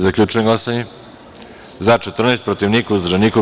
Zaključujem glasanje: za – 14, protiv – niko, uzdržanih – nema.